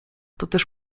toteż